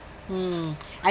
mm I